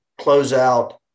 closeout